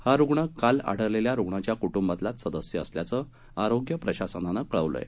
हा रुग्ण काल आढळलेल्या रुग्णाच्या कुटुंबातलाच सदस्य असल्याचं आरोग्य प्रशासनानं कळवलं आहे